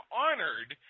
honored